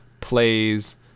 plays